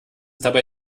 dabei